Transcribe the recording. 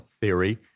theory